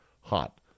hot